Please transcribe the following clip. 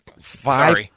Five